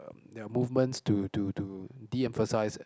there are movements to to to de emphasise eh